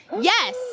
Yes